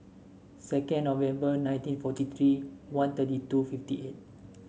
second November nineteen forty three one thirty two fifty eight